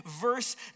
verse